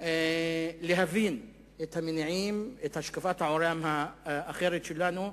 להבין את המניעים, את השקפת העולם האחרת שלנו.